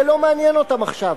זה לא מעניין עכשיו.